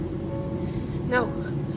No